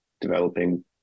developing